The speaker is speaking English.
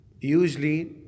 usually